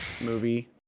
movie